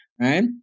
right